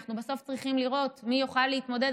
אנחנו צריכים לראות מי יוכל להתמודד.